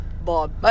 Bob